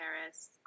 Paris